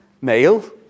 male